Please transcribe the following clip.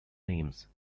names